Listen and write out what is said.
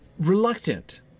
reluctant